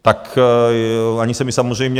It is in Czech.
Tak ani se mi samozřejmě...